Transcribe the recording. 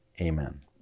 amen